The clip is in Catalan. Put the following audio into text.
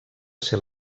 ser